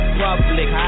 public